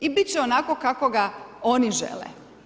I bit će onako kako ga oni žele.